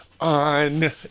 on